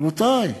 רבותי,